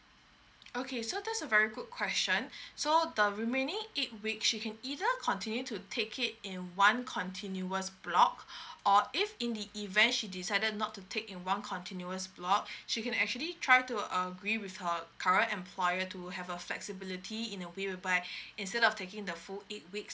okay so that's a very good question so the remaining eight week she can either continue to take it in one continuous block or if in the event she decided not to take in one continuous block she can actually try to agree with her current employer to have a flexibility in a way whereby instead of taking the full eight weeks